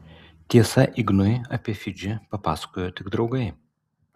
tiesa ignui apie fidžį pasakojo tik draugai